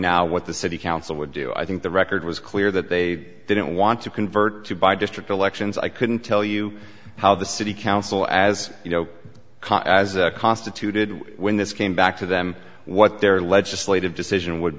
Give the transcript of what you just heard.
now what the city council would do i think the record was clear that they didn't want to convert to by district elections i couldn't tell you how the city council as you know as constituted when this came back to them what their legislative decision would